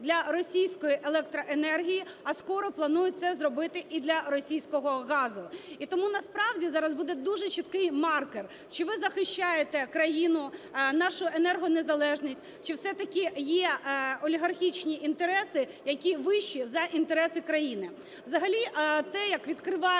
для російської електроенергії, а скоро планується це зробити і для російського газу. І тому насправді зараз буде дуже чіткий маркер, чи ви захищаєте країну, нашу енергонезалежність, чи все-таки є олігархічні інтереси, які вищі за інтереси України.